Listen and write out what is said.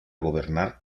gobernar